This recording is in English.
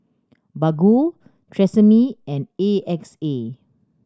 Baggu Tresemme and A X A